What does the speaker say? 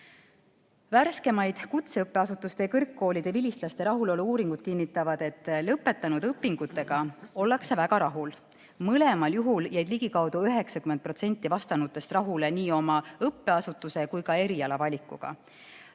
Värskeimad kutseõppeasutuste ja kõrgkoolide vilistlaste rahulolu-uuringud kinnitavad, et lõpetatud õpingutega ollakse väga rahul. Mõlemal juhul jäid ligikaudu 90% vastanutest rahule nii õppeasutuse kui ka eriala valikuga.